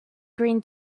green